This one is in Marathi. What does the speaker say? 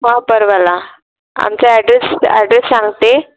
हा परवाला आमचा ॲड्रेस ॲड्रेस सांगते